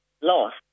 lost